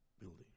building